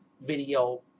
video